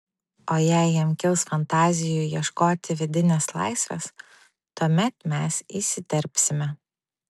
o jei jam kils fantazijų ieškoti vidinės laisvės tuomet mes įsiterpsime